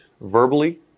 verbally